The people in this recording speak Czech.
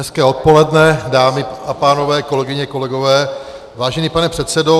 Hezké odpoledne, dámy a pánové, kolegyně, kolegové, vážený pane předsedo.